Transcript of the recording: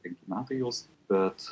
penki metai jos bet